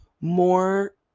more